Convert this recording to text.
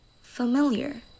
familiar